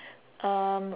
um